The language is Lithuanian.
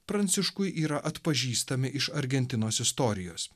pranciškui yra atpažįstami iš argentinos istorijos